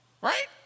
right